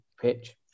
pitch